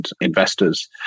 investors